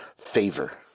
favor